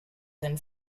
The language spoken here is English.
and